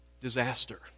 disaster